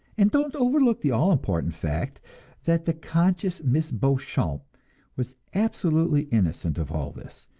and don't overlook the all-important fact that the conscious miss beauchamp was absolutely innocent of all this,